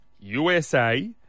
USA